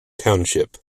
township